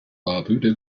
barbuda